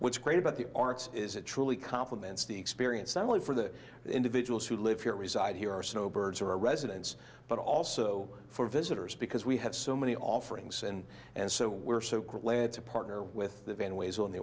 what's great about the arts is it truly complements the experience not only for the individuals who live here reside here or snowbirds or residents but also for visitors because we have so many offerings and and so we're so glad to partner with the van ways on the